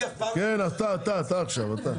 אתה עכשיו.